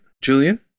Julian